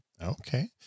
Okay